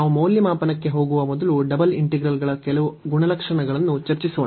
ನಾವು ಮೌಲ್ಯಮಾಪನಕ್ಕೆ ಹೋಗುವ ಮೊದಲು ಡಬಲ್ ಇಂಟಿಗ್ರಲ್ಗಳ ಕೆಲವು ಗುಣಲಕ್ಷಣಗಳನ್ನು ಚರ್ಚಿಸೋಣ